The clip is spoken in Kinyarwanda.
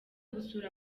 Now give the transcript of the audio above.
gusura